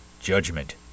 Judgment